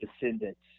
descendants